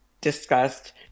discussed